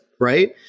right